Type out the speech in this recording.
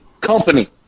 company